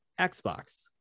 Xbox